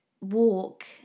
walk